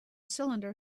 cylinder